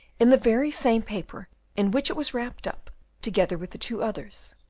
in the very same paper in which it was wrapped up together with the two others.